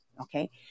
okay